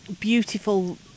beautiful